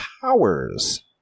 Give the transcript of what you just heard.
powers